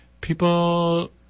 people